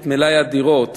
מלאי הדירות,